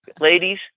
ladies